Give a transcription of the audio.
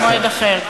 במועד אחר.